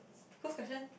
whose question